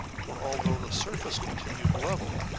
for, although the surface continued level,